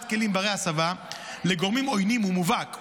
כלים בני הסבה לגורמים עוינים הוא מובהק.